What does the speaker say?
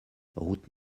route